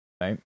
Right